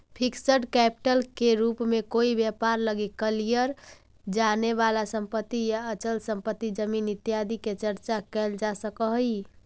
fixed capital के रूप में कोई व्यापार लगी कलियर जाने वाला संपत्ति या अचल संपत्ति जमीन इत्यादि के चर्चा कैल जा सकऽ हई